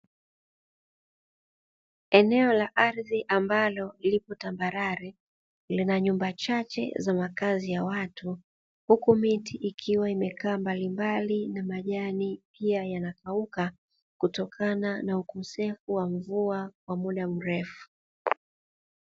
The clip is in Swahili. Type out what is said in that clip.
Eneo la ardhi ambalo lipo tambarare lina nyumba chache za makazi ya watu, huku miti michache ikiwa imekaa mbali mbali na majani pia yanakauka kutokana na ukosefu wa mvua muda mrefu.